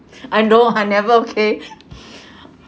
I know I never okay